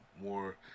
more